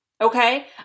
okay